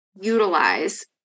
utilize